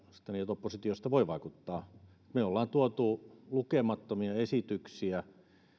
oppositiosta voi vaikuttaa me olemme tuoneet lukemattomia esityksiä